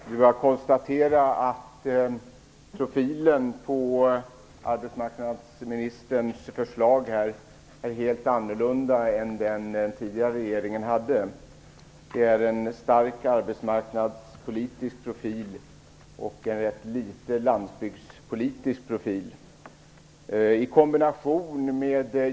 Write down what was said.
Fru talman! Jag konstaterar att profilen på arbetsmarknadsministerns förslag är helt annorlunda än den profil som den tidigare regeringens förslag hade. Det är en stark arbetsmarknadspolitisk profil, och det är rätt litet av landsbygdspolitisk profil.